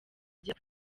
igera